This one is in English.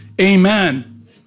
Amen